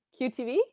qtv